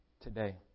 today